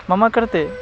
मम कृते